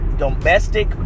Domestic